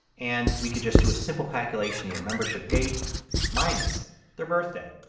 and we could just do a simple calculation here. membership date minus their birthday.